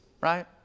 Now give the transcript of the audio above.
right